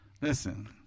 Listen